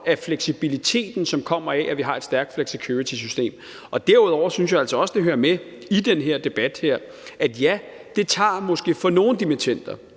af fleksibiliteten, som kommer af, at vi har et stærkt flexicuritysystem. Derudover synes jeg altså også, at det hører med til den her debat at sige – altså, jeg mener